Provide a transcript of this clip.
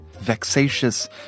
vexatious